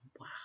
Wow